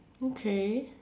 okay